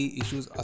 issues